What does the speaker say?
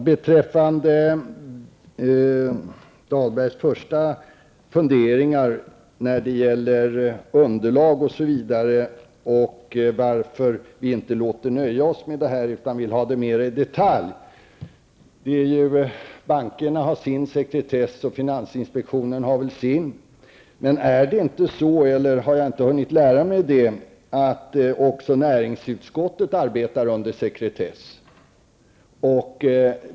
Fru talman! Rolf Dahlberg funderade över underlaget och varför vi inte låter oss nöja med detta. Bankerna har sin sekretess och finansinspektionen har sin. Men är det inte så att även näringsutskottet arbetar under sekretess?